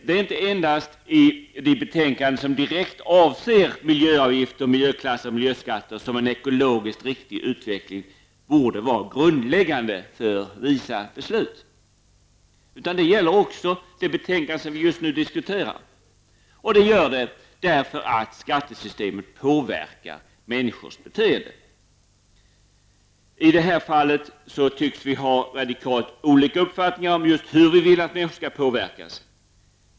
Det är inte endast i de betänkanden som direkt avser miljöavgifter, miljöklasser eller miljöskatter som en ekologiskt riktig utveckling borde vara grundläggande för visa beslut. Det gäller även det betänkande som vi just nu diskuterar, och det gör det därför att skattesystemet påverkar människors beteende. I detta fall tycks vi ha radikalt olika uppfattningar om just hur vi vill att människor skall påverkas.